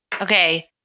Okay